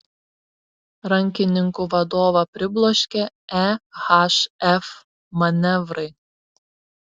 rankininkų vadovą pribloškė ehf manevrai